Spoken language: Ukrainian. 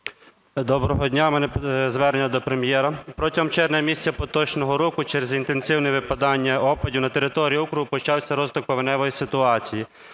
Доброго дня! У мене звернення до Прем'єра. Протягом червня місяця поточного року через інтенсивні випадання опадів на території округу почався розвиток повеневої ситуації.